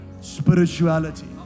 spirituality